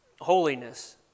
Holiness